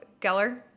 Geller